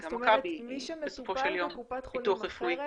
גם מכבי בסופו של יום היא ביטוח רפואי.